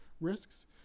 risks